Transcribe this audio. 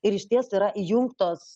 ir išties yra įjungtos